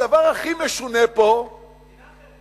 הדבר הכי משונה פה, מדינה אחרת.